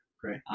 Great